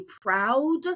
proud